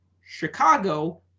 Chicago